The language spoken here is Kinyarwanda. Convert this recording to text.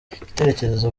igitekerezo